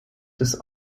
des